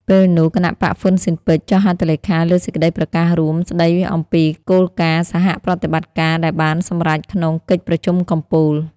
ពេលនោះ គណបក្សហ្វ៊ិនស៊ិនប៉ិច ចុះហត្ថលេខាលើសេចក្តីប្រកាសរួមស្តីអំពីគោលការណ៍សហប្រតិបត្តិការ ដែលបានសម្រេចក្នុង កិច្ចប្រជុំកំពូល។